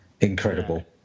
incredible